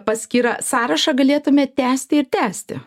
paskyra sąrašą galėtume tęsti ir tęsti